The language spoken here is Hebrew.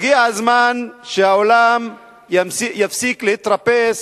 הגיע הזמן שהעולם יפסיק להתרפס